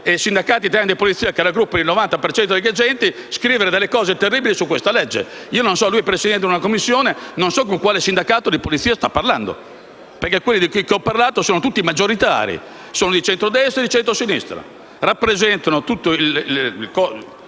sindacati di Polizia che raggruppano il 90 per cento degli agenti, scrivere cose terribili su questo provvedimento. Non so lui, presidente di una Commissione, con quale sindacato di polizia stia parlando, perché quelli con cui ho parlato io sono tutti maggioritari, di centrodestra e di centrosinistra: rappresentano tutto il